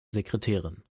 sekretärin